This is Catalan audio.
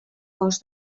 cos